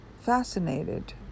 fascinated